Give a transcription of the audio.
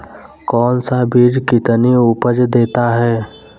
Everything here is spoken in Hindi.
कौन सा बीज कितनी उपज देता है?